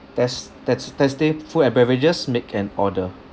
test test testing food and beverages make an order